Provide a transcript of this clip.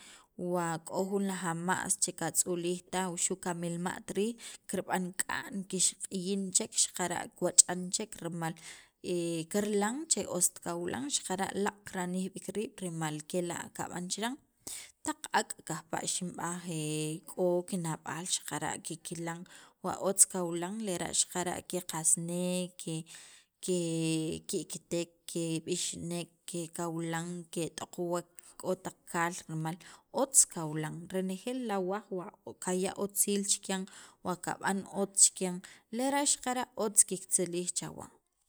wa k'o jun laj ama's che katz'ulij taj wuxu' kamilma't riij kirb'an k'a'n kixq'iyin chek xaqara' kiwach'an chek rimal kirilan che ost kawilan kaaq' kirajij b'iik riib' rimal kela' kab'an chiran, taq ak' kajpa' cinb'aj k'o kina'b'al xaqara' kikilan wa otz kawilan lera' xaqara' ke qasnek, ke ki'kitek, keb'ixnek te' kawilan ket'oqwek, k'o taq kaal rimal otz kawilan renejeel awaj wa kaya' otziil chikyan, wa kab'an otz chikyan lera' xaqara' otz kiktzilij chawan.